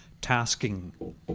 tasking